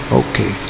okay